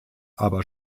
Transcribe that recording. aber